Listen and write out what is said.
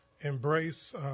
Embrace